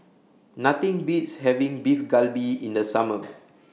Nothing Beats having Beef Galbi in The Summer